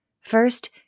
first